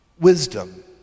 wisdom